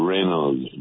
Reynolds